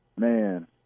Man